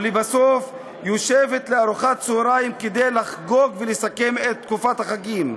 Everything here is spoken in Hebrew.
ולבסוף היא יושבת לארוחת צהריים כדי לחגוג ולסכם את תקופת החגים.